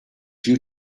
you